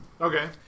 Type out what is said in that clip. Okay